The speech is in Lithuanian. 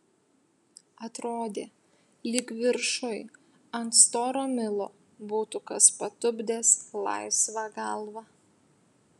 atrodė lyg viršuj ant storo milo būtų kas patupdęs laisvą galvą